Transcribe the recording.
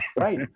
Right